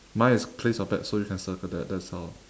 mine is place your bets so you can circle that that's our